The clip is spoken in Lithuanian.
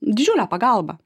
didžiulę pagalbą